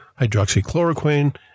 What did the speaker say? hydroxychloroquine